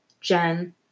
Jen